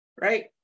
right